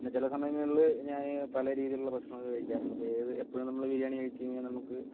പിന്നെ ചില സമയങ്ങളിൽ ഞാൻ പല രീതിയിലുള്ള ഭക്ഷണമൊക്കെ കഴിക്കാറുണ്ട് ഇപ്പോളേത് എപ്പോഴും നമ്മൾ ബിരിയാണി കഴിച്ച് കഴിഞ്ഞാൽ നമുക്ക്